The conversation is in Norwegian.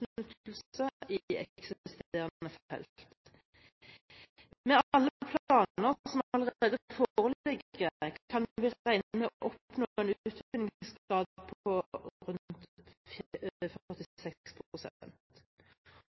alle planer som allerede foreligger, kan vi regne med å oppnå en utvinningsgrad på rundt